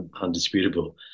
undisputable